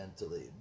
mentally